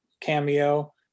cameo